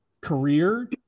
career